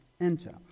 enter